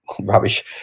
rubbish